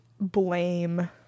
blame-